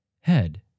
Head